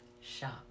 shop